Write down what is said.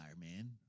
man